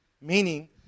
meaning